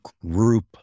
group